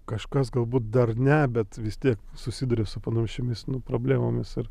kažkas galbūt dar ne bet vis tiek susiduria su panašiomis nu problemomis ir